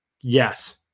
Yes